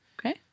Okay